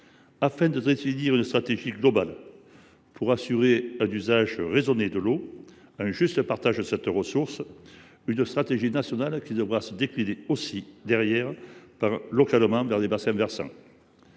afin de définir une stratégie globale pour assurer un usage raisonné de l’eau et un juste partage de cette ressource. Cette stratégie nationale devra ensuite se décliner localement à l’échelle des bassins versants.